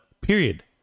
period